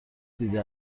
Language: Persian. دیده